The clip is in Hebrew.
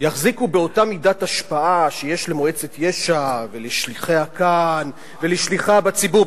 יחזיקו באותה מידת השפעה שיש למועצת יש"ע ולשליחיה כאן ולשליחיה בציבור,